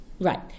Right